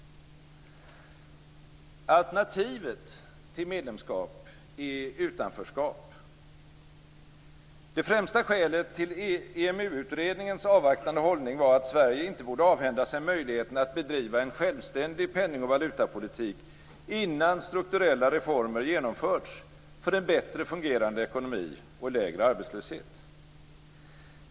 Alternativet till medlemskap är utanförskap. Det främsta skälet till EMU-utredningens avvaktande hållning var att Sverige inte borde avhända sig möjligheten att bedriva en självständig penning och valutapolitik innan strukturella reformer genomförts för en bättre fungerande ekonomi och lägre arbetslöshet.